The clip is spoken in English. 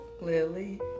Lily